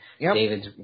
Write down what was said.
David's